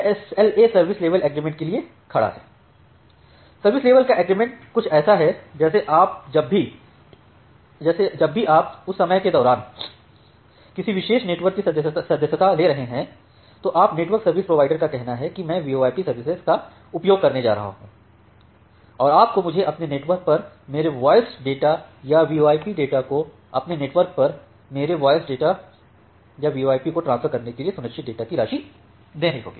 यह SLA service level agreement के लिए खड़ा है सर्विस लेवल का एग्रीमेंट कुछ ऐसा है जैसे जब भी आप उस समय के दौरान किसी विशेष नेटवर्क की सदस्यता ले रहे हों तो आप नेटवर्क सर्विस प्रोवाइडर का कहना है कि मैं वीओआईपी सर्विसेज का उपयोग करने जा रहा हूं और आपको मुझे अपने नेटवर्क पर मेरे वॉयस डेटा या वीओआईपी डेटा को ट्रांसफर करने के लिए सुनिश्चित डेटा की राशि देनी है